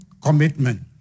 commitment